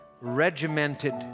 regimented